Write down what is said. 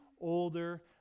older